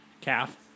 Calf